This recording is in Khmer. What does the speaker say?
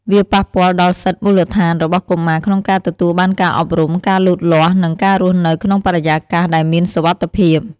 វាប៉ះពាល់ដល់សិទ្ធិមូលដ្ឋានរបស់កុមារក្នុងការទទួលបានការអប់រំ ការលូតលាស់ និងការរស់នៅក្នុងបរិយាកាសដែលមានសុវត្ថិភាព។